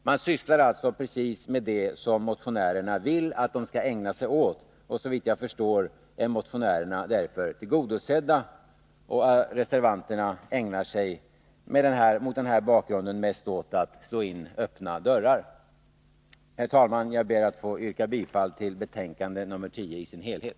Man sysslar alltså precis med det som motionärerna vill att man skall ägna sig åt. Såvitt jag förstår är motionärernas önskemål därför tillgodosedda. Mot denna bakgrund anser jag att reservanterna mest ägnar sig åt att slå in öppna dörrar. Herr talman! Jag ber att få yrka bifall till utskottets hemställan i dess helhet.